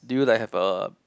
do you like have a